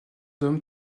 d’homme